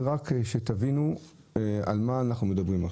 רק תבינו על מה אנחנו מדברים.